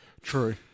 True